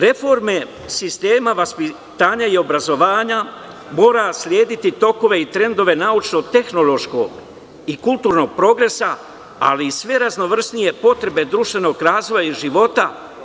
Reforme sistema vaspitanja i obrazovanja mora slediti tokove i trendove naučno-tehnološkog i kulturnog progresa, ali i sve raznovrsnije potrebe društvenog razvoja i života.